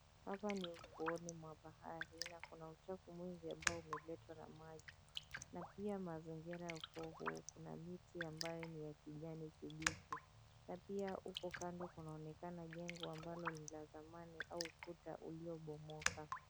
Hapa ni ufuoni mwa bahari, ila kuna uchafu mwingi ambao umeletwa na maji. Na pia mazingira ya ufuo huu kuna miti ambayo ni ya kijani kibichi. Na pia huko kando kunaonekana jengo ambalo ni la zamani au kuta uliobomoka.